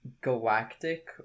Galactic